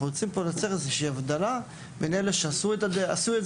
אנחנו רוצים לייצר איזו שהיא הבדלה בין אלה שעשו את זה,